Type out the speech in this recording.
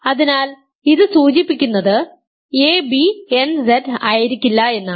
അതിനാൽ ഇത് സൂചിപ്പിക്കുന്നത് a b nZ ആയിരിക്കില്ല എന്നാണ്